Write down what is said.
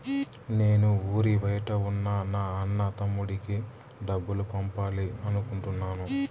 నేను ఊరి బయట ఉన్న నా అన్న, తమ్ముడికి డబ్బులు పంపాలి అనుకుంటున్నాను